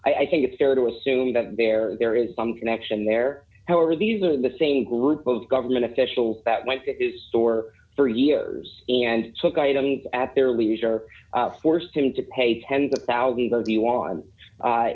him i think it's fair to assume that there there is some connection there however these are the same group of government official that might store for years and took items at their leisure forced him to pay tens of thousands of you on